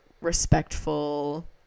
respectful